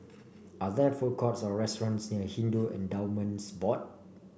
are there food courts or restaurants near Hindu Endowments Board